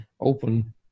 open